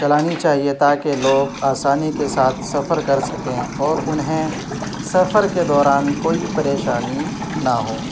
چلانی چاہیے تا کہ لوگ آسانی کے ساتھ سفر کر سکیں اور انہیں سفر کے دوران کوئی پریشانی نہ ہو